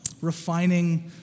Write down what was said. refining